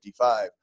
1955